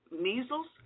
measles